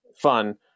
fun